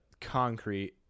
concrete